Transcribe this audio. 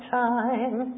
time